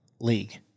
League